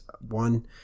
One